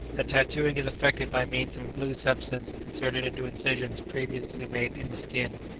the tattooing is effected by means of a blue substance inserted into incisions previously made in the skin.